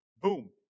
boom